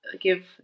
give